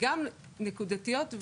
גם נקודתיות,